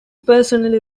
personally